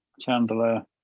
chandelier